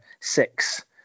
six